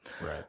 right